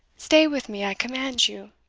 stay with me, i command you!